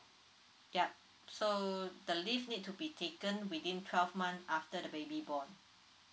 yup so the leave need to be taken within twelve month after the baby born